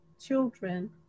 children